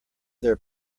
their